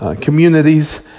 communities